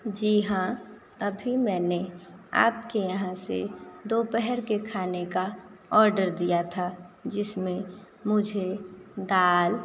जी हाँ अभी मैंने आपके यहाँ से दोपहर के खाने का ऑर्डर दिया था जिसमें मुझे दाल